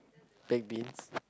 backed bean